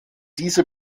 diese